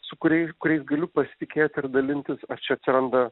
su kuriai kuriais galiu pasitikėt ir dalintis ar čia atsiranda